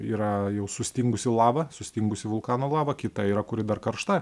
yra jau sustingusi lava sustingusi vulkano lava kita yra kuri dar karšta